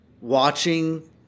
watching